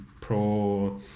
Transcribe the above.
pro